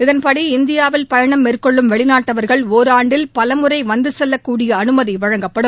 இதன்படி இந்தியாவில் பயணம் மேற்கொள்ளும் வெளிநாட்டவர்கள் ஒராண்டில் பல முறை வந்து செல்லக்கூடிய அனுமதி வழங்கப்படும்